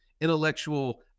intellectual